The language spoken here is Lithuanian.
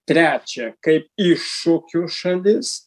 trečia kaip iššūkių šalis